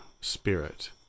spirit